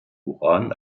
uran